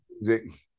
music